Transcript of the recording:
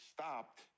stopped